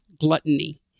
gluttony